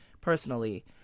personally